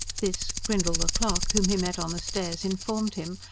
this, grindle the clerk, whom he met on the stairs, informed him,